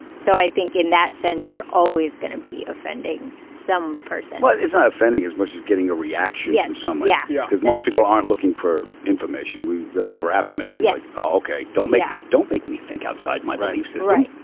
so i think in that sense you're always going to be offending some person but it's not offending as much as getting a reaction yeah some yeah yeah because most people aren't looking for information we look for affirmation. yeah so ok. don't make don't make me think outside my beliefs. right.